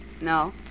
No